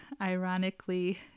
ironically